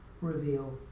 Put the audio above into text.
reveal